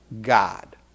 God